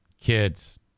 kids